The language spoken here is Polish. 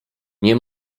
nie